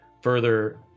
further